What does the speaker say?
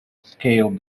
scaled